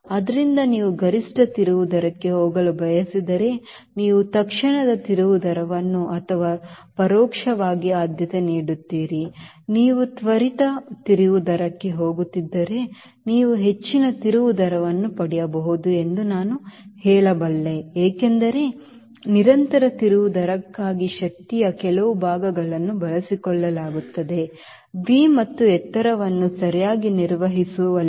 ಆದ್ದರಿಂದ ನೀವು ಗರಿಷ್ಠ ತಿರುವು ದರಕ್ಕೆ ಹೋಗಲು ಬಯಸಿದರೆ ನೀವು ತತ್ಕ್ಷಣದ ತಿರುವು ದರವನ್ನು ಅಥವಾ ಪರೋಕ್ಷವಾಗಿ ಆದ್ಯತೆ ನೀಡುತ್ತೀರಿ ನೀವು ತ್ವರಿತ ತಿರುವು ದರಕ್ಕೆ ಹೋಗುತ್ತಿದ್ದರೆ ನೀವು ಹೆಚ್ಚಿನ ತಿರುವು ದರವನ್ನು ಪಡೆಯಬಹುದು ಎಂದು ನಾನು ಹೇಳಬಲ್ಲೆ ಏಕೆಂದರೆ ನಿರಂತರ ತಿರುವು ದರಕ್ಕಾಗಿ ಶಕ್ತಿಯ ಕೆಲವು ಭಾಗವನ್ನು ಬಳಸಿಕೊಳ್ಳಲಾಗುತ್ತದೆ ವಿ ಮತ್ತು ಎತ್ತರವನ್ನು ಸರಿಯಾಗಿ ನಿರ್ವಹಿಸುವಲ್ಲಿ